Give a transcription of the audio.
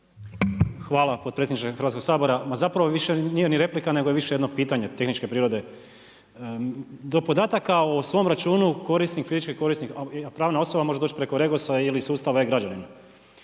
Hvala potpredsjedniče Hrvatskog sabora. Ma zapravo više nije ni replika nego je više jedno pitanje tehničke prirode. Do podataka o svom računu fizički korisnik, a prava osoba može doći preko REGOS-a ili sustava e-Građani,